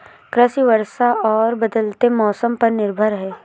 कृषि वर्षा और बदलते मौसम पर निर्भर है